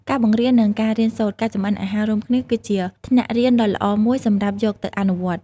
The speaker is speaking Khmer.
ការបង្រៀន និងការរៀនសូត្រ ការចម្អិនអាហាររួមគ្នាគឺជាថ្នាក់រៀនដ៏ល្អមួយសម្រាប់យកទៅអនុវត្ត ។